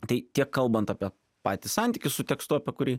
tai tiek kalbant apie patį santykį su tekstu apie kurį